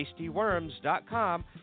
tastyworms.com